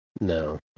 No